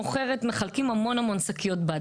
מחלקים המון שקיות בד.